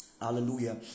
Hallelujah